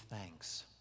thanks